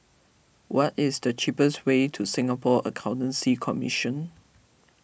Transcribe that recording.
what is the cheapest way to Singapore Accountancy Commission